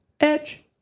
Edge